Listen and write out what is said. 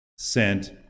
Sent